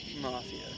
mafia